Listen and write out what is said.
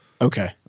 Okay